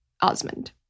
Osmond